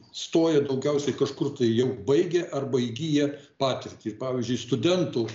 stoja daugiausiai kažkur tai jau baigę arba įgiję patirtį pavyzdžiui studentų